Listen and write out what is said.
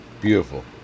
Beautiful